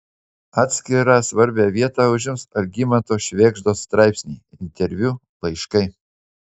atskirą svarbią vietą užims algimanto švėgždos straipsniai interviu laiškai